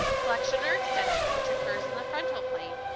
flexion or extension, which occurs in the frontal plane,